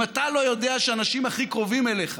אם אתה לא יודע שהאנשים הכי קרובים אליך